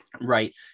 right